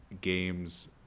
games